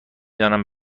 دانم